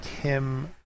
Kim